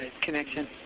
connection